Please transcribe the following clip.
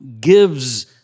gives